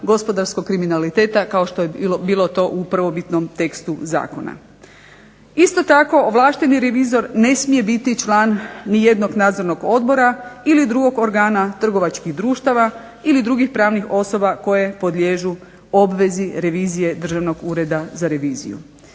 gospodarskog kriminaliteta, kao što je bilo to u prvobitnom tekstu zakona. Isto tako ovlašteni revizor ne smije biti član ni jednog nadzornog odbora, ili drugog organa trgovačkih društava, ili drugih pravnih osoba koje podliježu obvezi revizije Državnog ureda za reviziju.